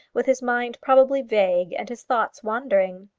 with his mind probably vague and his thoughts wandering.